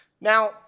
Now